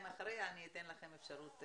שרה היא חוקרת לענייני רוסיה במשרד הביטחון,